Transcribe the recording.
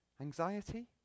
Anxiety